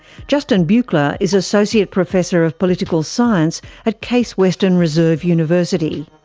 justin buchler is associate professor of political science at case western reserve university.